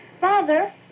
Father